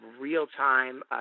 real-time